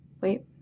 wait